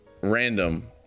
random